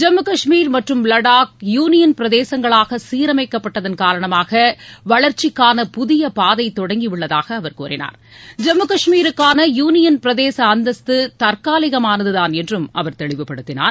ஜம்மு கஷ்மீர் மற்றும் லடாக் யூனியன் பிரதேசங்களாக சீரமைக்கப்பட்டதன் காரணமாக வளர்ச்சிக்கான புதிய பாதை தொடங்கி உள்ளதாக அவர் கூறினார் ஜம்மு கஷ்மீருக்கான யூனியன் பிரதேச அந்தஸ்து தற்காலிகமானதுதான என்றும் அவர் தெளிவுபடுத்தினார்